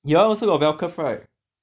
your one also got bell curve right